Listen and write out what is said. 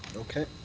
okay.